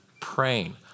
praying